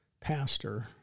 pastor